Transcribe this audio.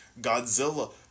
Godzilla